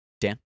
Dan